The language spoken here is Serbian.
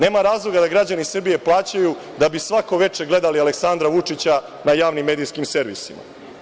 Nema razloga da građani Srbije plaćaju da bi svako veče gledali Aleksandra Vučića na javnim medijskim servisima.